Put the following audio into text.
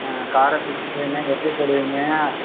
காடை சிக்ஸ்ட்டி ஃபைவ்வுனா எப்படி தருவீங்க